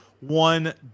one